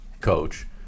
coach